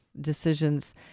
decisions